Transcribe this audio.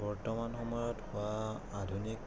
বৰ্তমান সময়ত হোৱা আধুনিক